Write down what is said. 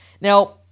Now